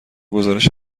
گزارش